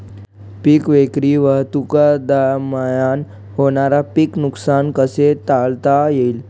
पीक विक्री वाहतुकीदरम्यान होणारे पीक नुकसान कसे टाळता येईल?